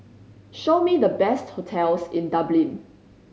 show me the best hotels in Dublin